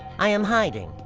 i am hiding,